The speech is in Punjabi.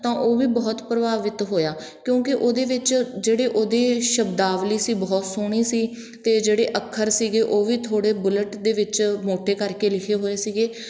ਤਾਂ ਉਹ ਵੀ ਬਹੁਤ ਪ੍ਰਭਾਵਿਤ ਹੋਇਆ ਕਿਉਂਕਿ ਉਹਦੇ ਵਿੱਚ ਜਿਹੜੇ ਉਹਦੇ ਸ਼ਬਦਾਵਲੀ ਸੀ ਬਹੁਤ ਸੋਹਣੀ ਸੀ ਅਤੇ ਜਿਹੜੇ ਅੱਖਰ ਸੀਗੇ ਉਹ ਵੀ ਥੋੜ੍ਹੇ ਬੁਲੇਟ ਦੇ ਵਿੱਚ ਮੋਟੇ ਕਰਕੇ ਲਿਖੇ ਹੋਏ ਸੀਗੇ